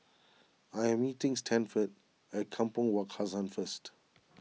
I am meeting Stanford at Kampong Wak Hassan first